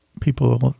people